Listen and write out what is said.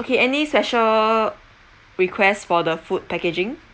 okay any special requests for the food packaging